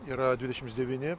yra dvidešimts devyni